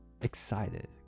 excited